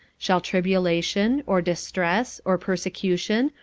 shall tribulation, or distress, or persecution,